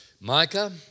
Micah